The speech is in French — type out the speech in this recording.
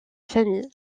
famille